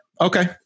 Okay